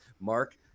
Mark